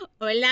Hola